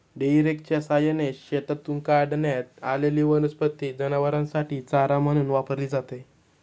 हेई रेकच्या सहाय्याने शेतातून काढण्यात आलेली वनस्पती जनावरांसाठी चारा म्हणून वापरली जाते